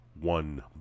one